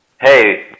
hey